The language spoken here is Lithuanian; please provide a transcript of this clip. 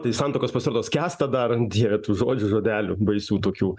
tai santuokos pasirodo skęsta dar o dieve tų žodžių žodelių baisių tokių